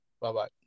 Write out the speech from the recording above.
Bye-bye